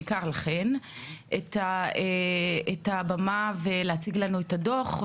בעיקר לכן, את הבמה ולהציג לנו את הדוח.